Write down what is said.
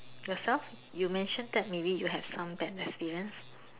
yourself you mention that maybe you have some bad experience